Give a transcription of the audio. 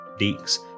Deeks